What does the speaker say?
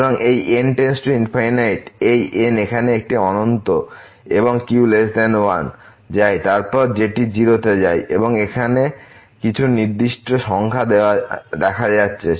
সুতরাং এই n →∞ এই n এখানে এটি অনন্ত এবং q 1 যায় তারপর এটি 0 তে যায় এবং এখানে কিছু নির্দিষ্ট সংখ্যা দেখা যাচ্ছে